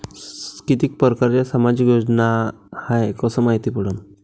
कितीक परकारच्या सामाजिक योजना हाय कस मायती पडन?